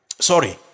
Sorry